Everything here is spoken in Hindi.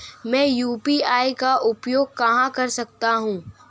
मैं यू.पी.आई का उपयोग कहां कर सकता हूं?